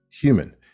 human